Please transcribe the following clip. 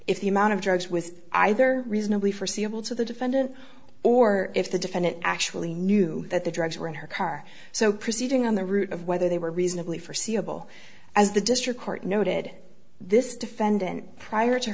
is the amount of drugs with either reasonably forseeable to the defendant or if the defendant actually knew that the drugs were in her car so proceeding on the route of whether they were reasonably forseeable as the district court noted this defendant prior to